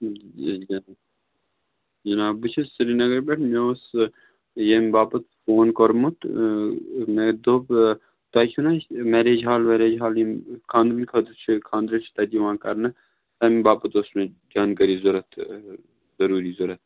جِناب بہٕ چھُس سرینگر پٮ۪ٹھ مےٚ اوس ییٚمۍ باپَتھ فون کوٚرمُت مےٚ دوٚپ تۄہہِ چھُو نَہ اَسہِ مٮ۪ریج ہال وٮ۪ریج ہال ییٚمۍ خانٛدرَن خٲطرٕ چھِ خانٛدَر حظ چھِ تَتہِ یِوان کَرنہٕ اَمہِ باپَتھ اوس مےٚ جانکٲری ضوٚرَتھ ضٔروٗری ضوٚرَتھ